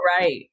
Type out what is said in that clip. right